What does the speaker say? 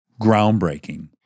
Groundbreaking